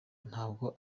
ntabwo